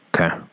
Okay